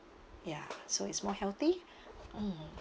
ya so it's more healthy mm